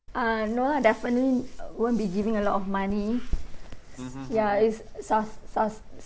err no lah definitely uh won't be giving a lot of money ya it's suf~ suf~